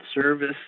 service